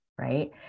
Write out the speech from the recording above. right